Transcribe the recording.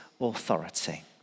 authority